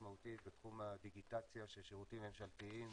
משמעותית בתחום הדיגיטציה של שירותים ממשלתיים,